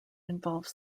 involves